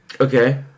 Okay